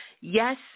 Yes